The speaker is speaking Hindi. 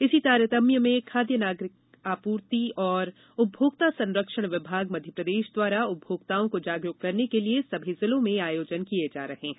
इसी तारतम्य में खाद्य नागरिक आपूर्ति और उपभोक्ता संरक्षण विभाग मध्यप्रदेष द्वारा उपभोक्ताओं को जागरूक करने के लिए सभी जिलों में आयोजन किये जा रहे हैं